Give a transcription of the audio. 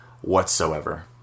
whatsoever